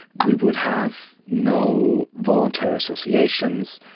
we would have no voluntary associations,